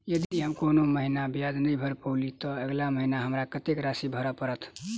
यदि हम कोनो महीना ब्याज नहि भर पेलीअइ, तऽ अगिला महीना हमरा कत्तेक राशि भर पड़तय?